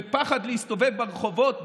ופחד להסתובב ברחובות בטירה,